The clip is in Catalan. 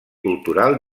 cultural